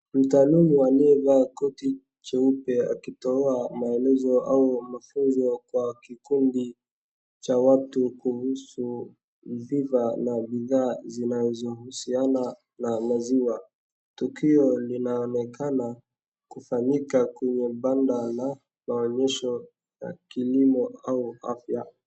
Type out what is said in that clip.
Mtaalumu aliyevaa koti cheupe akitoa maelezo au mafunxo kwa kikundi cha watu kuhusu viva na bidhaa zinazohusiana na maziwa. Tukio linaonekana kufanyika kwenye banda la maonyesho ya kilimo au afya.